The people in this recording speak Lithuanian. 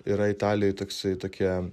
yra italijoj toksai tokia